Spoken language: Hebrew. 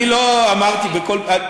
אני לא אמרתי בכל מקרה.